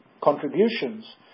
contributions